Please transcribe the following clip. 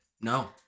No